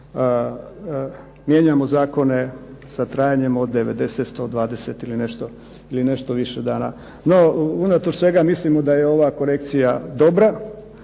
mijenjamo zakone sa trajanjem od 90, 120 ili nešto više dana. No, unatoč svega mislimo da je ova korekcija dobra.